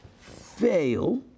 fail